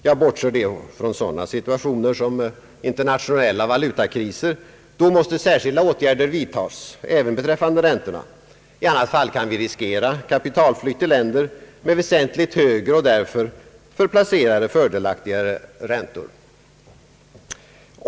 Jag bortser då från sådana situationer som internationella valutakriser, då särskilda åtgärder måste vidtas, även beträffande räntorna. I annat fall kan vi riskera kapitalflykt till länder med väsentligt högre och därför fördelaktigare räntor för placerare.